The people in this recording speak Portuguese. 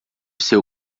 seu